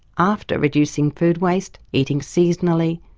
after reducing food waste, eating seasonally,